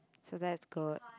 so that's good